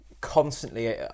constantly